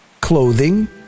clothing